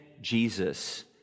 Jesus